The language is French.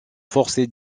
forcer